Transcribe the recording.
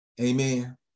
Amen